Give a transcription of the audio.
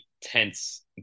tense